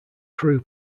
crew